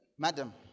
Madam